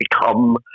become